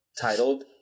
titled